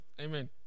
Amen